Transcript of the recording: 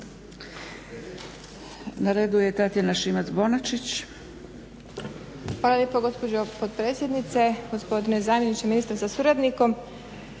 Bonačić, Tatjana (SDP)** Hvala lijepo gospođo potpredsjednice, gospodine zamjeniče ministra sa suradnikom.